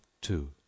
two